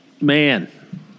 Man